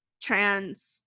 trans